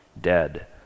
dead